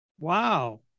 Wow